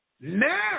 Now